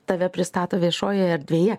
tave pristato viešojoje erdvėje